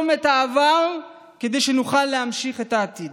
את העבר כדי שנוכל להמשיך את העתיד.